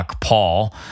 Paul